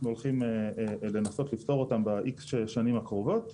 הולכים לנסות לפתור אותם ב-X שנים הקרובות.